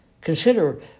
Consider